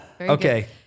okay